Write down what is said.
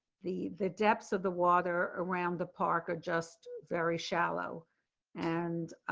the, the depths of the water around the park are just very shallow and